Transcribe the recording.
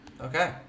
Okay